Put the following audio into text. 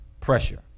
pressure